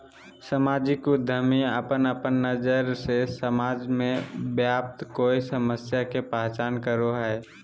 सामाजिक उद्यमी अपन अपन नज़र से समाज में व्याप्त कोय समस्या के पहचान करो हइ